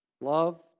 Love